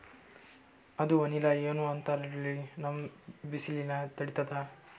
ಅದು ವನಿಲಾ ಏನೋ ಅಂತಾರಲ್ರೀ, ನಮ್ ಬಿಸಿಲ ತಡೀತದಾ?